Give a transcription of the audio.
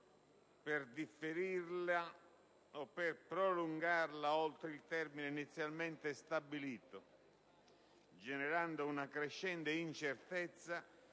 per differirla o per prolungarla oltre il termine inizialmente stabilito, generando una crescente incertezza